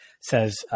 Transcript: says